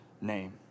name